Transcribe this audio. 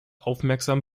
aufmerksam